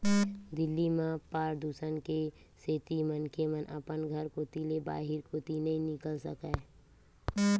दिल्ली म परदूसन के सेती मनखे मन अपन घर कोती ले बाहिर कोती नइ निकल सकय